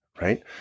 right